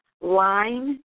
line